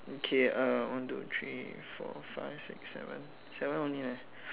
okay uh one two three four five six seven seven only leh